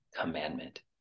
commandment